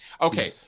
Okay